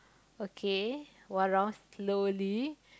okay one round slowly